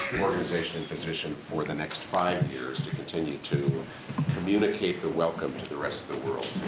organization in position for the next five years to continue to communicate the welcome to the rest of the world